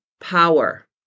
power